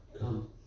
come